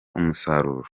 umusaruro